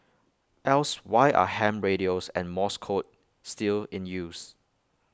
else why are ham radios and morse code still in use